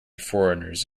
foreigners